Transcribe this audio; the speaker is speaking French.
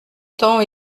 temps